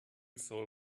soul